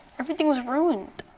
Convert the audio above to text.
everything was ruined.